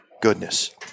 goodness